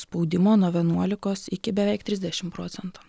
spaudimo nuo vienuolikos iki beveik trisdešimt procentų